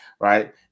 right